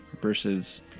versus